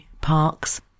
parks